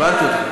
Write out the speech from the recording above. הבנתי אותך.